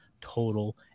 total